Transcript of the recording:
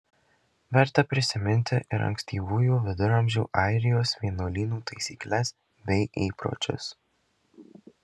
verta prisiminti ir ankstyvųjų viduramžių airijos vienuolynų taisykles bei įpročius